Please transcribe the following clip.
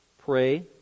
pray